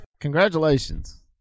Congratulations